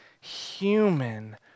human